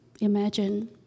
imagine